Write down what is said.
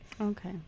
Okay